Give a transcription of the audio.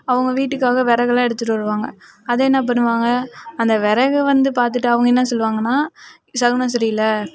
அவங்க வீட்டுக்காக விறகுலாம் எடுத்துகிட்டு வருவாங்க அதை என்ன பண்ணுவாங்க அந்த வெறகை வந்து பார்த்துட்டு அவங்க என்ன சொல்வாங்கனா சகுனம் சரி இல்லை